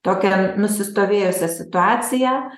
tokią nusistovėjusią situaciją